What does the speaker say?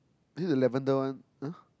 is there the lavender one !huh!